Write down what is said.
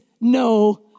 no